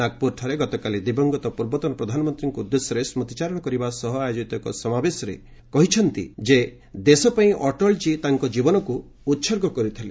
ନାଗପୁରଠାରେ ଗତକାଲି ଦିବଂଗତ ପୂର୍ବତନ ପ୍ରଧାନମନ୍ତ୍ରୀଙ୍କ ଉଦ୍ଦେଶ୍ୟରେ ସ୍କୁତିଚାରଣ କରିବା ସହ ଆୟୋଜିତ ଏକ ସମାବେଶରେ କହିଛନ୍ତି ଯେ ଦେଶପାଇଁ ଅଟଳଜୀ ତାଙ୍କ ଜୀବନକୁ ଉତ୍ପର୍ଗ କରିଥିଲେ